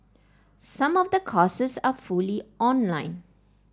some of the courses are fully online